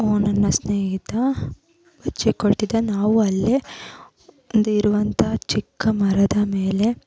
ನನ್ನ ಸ್ನೇಹಿತ ಬಚ್ಚಿಟ್ಕೊಳ್ತಿದ್ದ ನಾವು ಅಲ್ಲೇ ಇದ್ದಿರುವಂಥ ಚಿಕ್ಕಮರದ ಮೇಲೆ